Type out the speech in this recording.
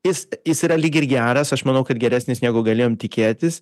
jis jis yra lyg ir geras aš manau kad geresnis negu galėjom tikėtis